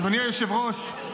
אדוני היושב-ראש,